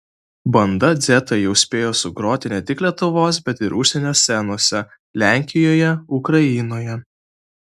banda dzeta jau spėjo sugroti ne tik lietuvos bet ir užsienio scenose lenkijoje ukrainoje